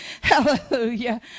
Hallelujah